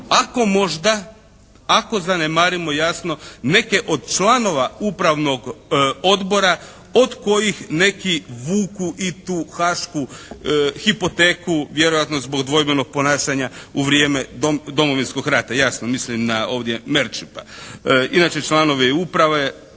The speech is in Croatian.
Ako možda, ako zanemarimo jasno neke od članova Upravnog odbora od kojih neki vuku i tu haašku hipoteku vjerojatno zbog dvojbenog ponašanja u vrijeme Domovinskog rata. Jasno, mislim ovdje na Merčepa. Inače članovi uprave,